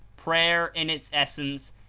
prayer, in its essence,